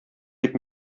дип